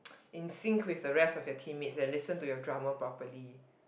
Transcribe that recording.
in sync with the rest of your teammate and listen to your drummer properly